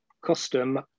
custom